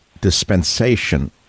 dispensation